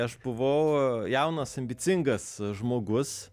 aš buvau jaunas ambicingas žmogus